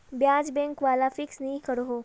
ब्याज़ बैंक वाला फिक्स नि करोह